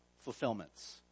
fulfillments